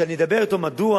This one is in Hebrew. מדוע